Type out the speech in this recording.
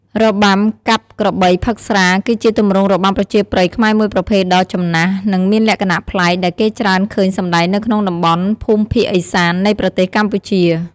របាំកាប់ក្របីផឹកស្រា គឺជាទម្រង់របាំប្រជាប្រិយខ្មែរមួយប្រភេទដ៏ចំណាស់ និងមានលក្ខណៈប្លែក ដែលគេច្រើនឃើញសម្តែងនៅក្នុងតំបន់ភូមិភាគឦសាន្តនៃប្រទេសកម្ពុជា។